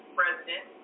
president